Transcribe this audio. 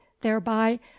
thereby